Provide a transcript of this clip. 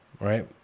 right